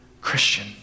Christian